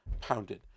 pounded